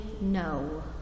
no